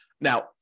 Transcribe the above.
now